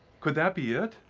could that be it?